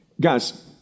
Guys